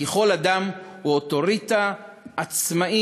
כי כל אדם הוא אוטוריטה עצמאית,